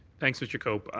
thanks, mr. scope.